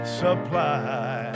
supply